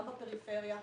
גם בפריפריה,